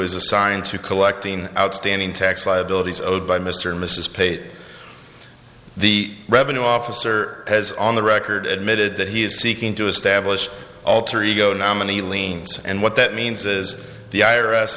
is assigned to collecting outstanding tax liabilities owed by mr and mrs pate the revenue officer has on the record admitted that he is seeking to establish alter ego nominee liens and what that means is the i